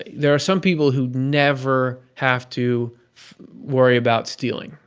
there are some people who never have to worry about stealing.